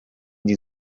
die